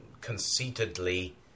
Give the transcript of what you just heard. conceitedly